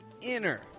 inner